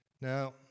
Now